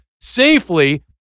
safely